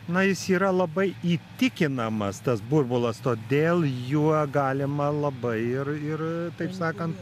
na jis yra labai įtikinamas tas burbulas todėl juo galima labai ir ir taip sakant